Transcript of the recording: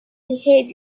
behave